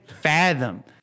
fathom